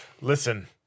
Listen